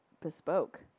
Bespoke